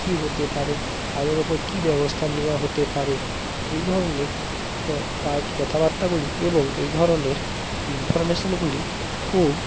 কী হতে পারে তাদের উপর কী ব্যবস্থা নেওয়া হতে পারে এই ধরনের কথাবার্তাগুলি এবং এই ধরনের ইনফরমেশনগুলি খুব